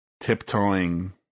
tiptoeing